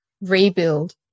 rebuild